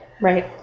Right